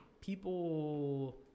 people